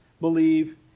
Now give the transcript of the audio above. believe